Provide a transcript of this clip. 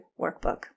Workbook